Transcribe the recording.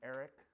Eric